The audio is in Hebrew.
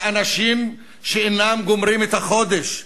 אלא על אנשים שאינם גומרים את החודש,